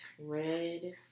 red